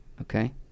Okay